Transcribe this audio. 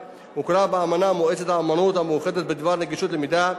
באמנת מועצת האומות המאוחדות בדבר נגישות המידע,